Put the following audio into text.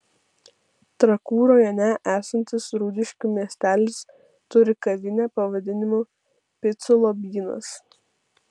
trakų rajone esantis rūdiškių miestelis turi kavinę pavadinimu picų lobynas